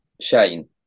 shane